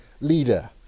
leader